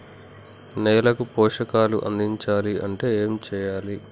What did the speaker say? నేలకు పోషకాలు అందించాలి అంటే ఏం చెయ్యాలి?